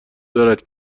دارد